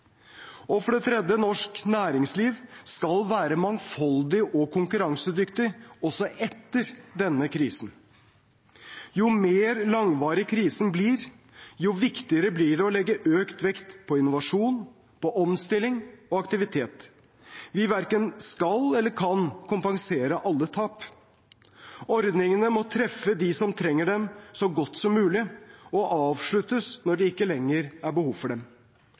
Og det tredje – norsk næringsliv skal være mangfoldig og konkurransedyktig, også etter denne krisen. Jo mer langvarig krisen blir, jo viktigere blir det å legge økt vekt på innovasjon, på omstilling og på aktivitet. Vi verken skal eller kan kompensere alle tap. Ordningene må treffe dem som trenger dem, så godt som mulig og avsluttes når det ikke lenger er behov for dem.